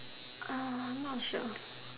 not sure